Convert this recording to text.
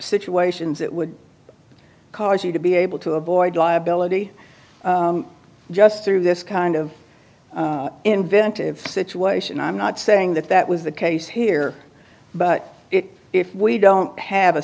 situations it would cause you to be able to avoid liability just through this kind of inventive situation i'm not saying that that was the case here but if we don't have a